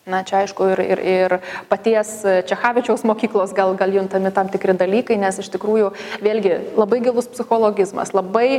na čia aišku ir ir ir paties čechavičiaus mokyklos gal gal juntami tam tikri dalykai nes iš tikrųjų vėlgi labai gilus psichologizmas labai